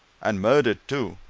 and murdered, too!